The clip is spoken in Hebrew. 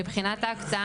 מבחינת ההקצאה